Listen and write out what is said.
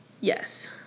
yes